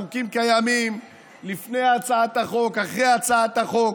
החוקים קיימים לפני הצעת החוק, אחרי הצעת החוק,